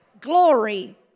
glory